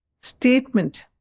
statement